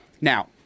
Now